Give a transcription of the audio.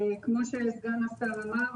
כמו שסגן השר אמר,